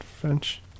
French